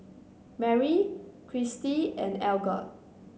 Merrie Cristy and Algot